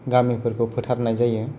गामिफोरखौ फोथारनाय जायो